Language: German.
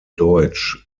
deutsch